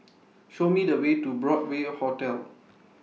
Show Me The Way to Broadway Hotel